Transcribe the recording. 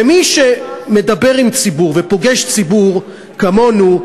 ומי שמדבר עם ציבור ופוגש ציבור, כמונו,